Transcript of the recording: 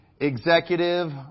executive